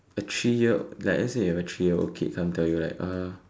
a three year like lets say you have a three year old kid come to you like uh